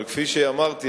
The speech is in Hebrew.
אבל כפי שאמרתי,